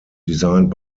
designed